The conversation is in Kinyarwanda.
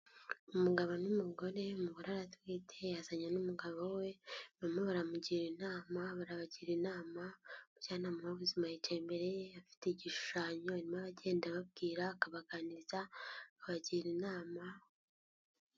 Umugabo n'umugore, umugore aratwite yazanye n'umugabo we, barimo baramugira inama, barabagira inama, umujyanama w'ubuzima yicaye imbere ye, afite igishushanyo arimo aragenda ababwira, akabaganiriza, abagira inama.